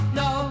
no